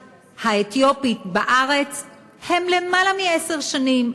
האתיופית בארץ הם כאן למעלה מעשר שנים.